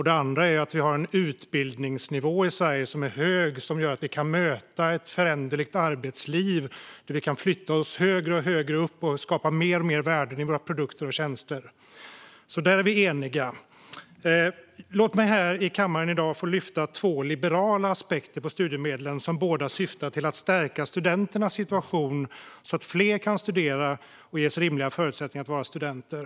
Det andra är att vi har en utbildningsnivå i Sverige som är hög och gör att vi kan möta ett föränderligt arbetsliv, där vi kan flytta oss högre och högre upp och skapa mer och mer värde i våra produkter och tjänster. Där är vi eniga. Låt mig här i kammaren i dag få lyfta fram två liberala aspekter på studiemedlen som båda syftar till att stärka studenternas situation, så att fler kan studera och ges rimliga förutsättningar att vara studenter.